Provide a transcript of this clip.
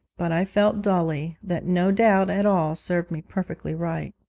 but i felt dully that no doubt it all served me perfectly right.